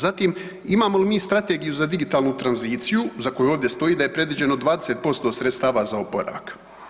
Zatim, imamo li mi strategiju za digitalnu tranziciju za koju ovdje stoji da je predviđeno 20% sredstava za oporavak.